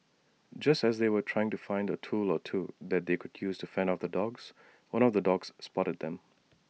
just as they were trying to find A tool or two that they could use to fend off the dogs one of the dogs spotted them